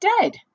dead